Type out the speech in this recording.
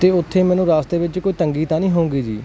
ਤੇ ਉੱਥੇ ਮੈਨੂੰ ਰਸਤੇ ਵਿੱਚ ਕੋਈ ਤੰਗੀ ਤਾਂ ਨਹੀਂ ਹੋਊਗੀ ਜੀ